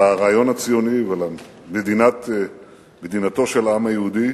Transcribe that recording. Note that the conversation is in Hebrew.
לרעיון הציוני ולמדינתו של העם היהודי,